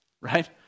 Right